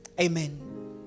Amen